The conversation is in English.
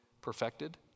perfected